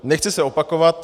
Nechci se opakovat.